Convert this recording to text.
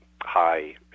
high